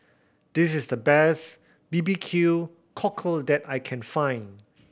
this is the best B B Q Cockle that I can find